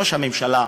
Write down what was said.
ראש הממשלה